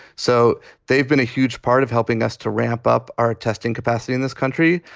so they've been a huge part of helping us to ramp up our testing capacity in this country.